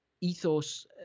ethos